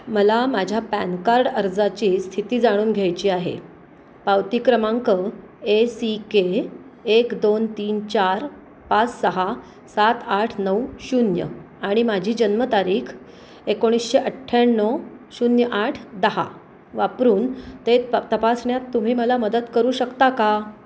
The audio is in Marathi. मला माझ्या पॅन कार्ड अर्जाची स्थिती जाणून घ्यायची आहे पावती क्रमांक ए सी के एक दोन तीन चार पाच सहा सात आठ नऊ शून्य आणि माझी जन्मतारीख एकोणीशे अठ्ठ्याण्णव शून्य आठ दहा वापरून ते प तपासण्यात तुम्ही मला मदत करू शकता का